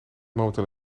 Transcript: momenteel